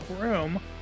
room